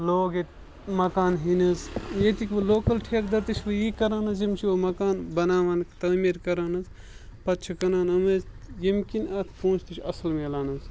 لوگ ییٚتہِ مکان ہیٚنہِ حظ ییٚتِکۍ وۄنۍ لوکَل ٹھیکہٕ دَر تہِ چھِ وۄنۍ یی کَران حظ یِم چھِ وٕ مکان بَناوان تٲمیٖر کَران حظ پَتہٕ چھِ کٕنان یِم حظ ییٚمہِ کِنۍ اَتھ پونٛسہٕ تہِ چھِ اَصٕل میلان حظ